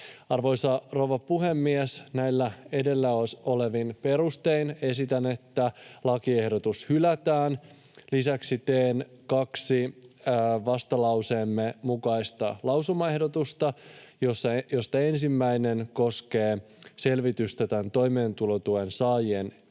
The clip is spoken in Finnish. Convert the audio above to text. Arvoisa rouva puhemies! Näillä edellä olevin perustein esitän, että lakiehdotus hylätään. Lisäksi teen kaksi vastalauseemme mukaista lausumaehdotusta, joista ensimmäinen koskee selvitystä näiden toimeentulotuen saajien elämäntilanteisiin